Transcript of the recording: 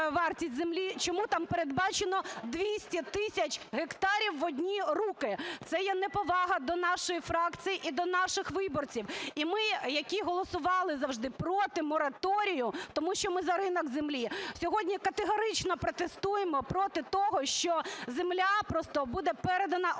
Чому там передбачено 200 тисяч гектарів в одні руки? Це є неповага до нашої фракції і до наших виборців. І ми, які голосували завжди проти мораторію, тому що ми за ринок землі, сьогодні категорично протестуємо проти того, що земля просто буде передана